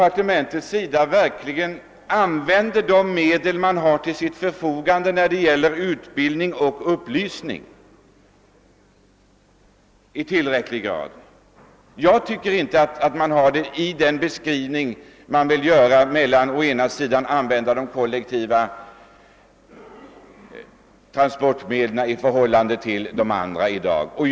räcklig grad använder de medel, som står till dess förfogande för upplysningsverksamhet. Jag tycker inte att departementet tillräckligt framhåller fördelarna från miljösynpunkt av de kol Ilektiva lösningarna i förhållande till andra trafikmedel.